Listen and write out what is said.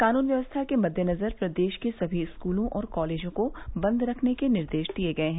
कानून व्यवस्था के मद्देनजर प्रदेश के सभी स्कूलों और कॉलेजों को बंद रखने का निर्देश दिया गया है